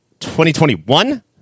2021